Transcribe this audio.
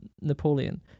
Napoleon